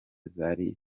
zari